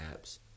apps